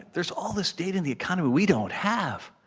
there's all this data in the economy we don't have.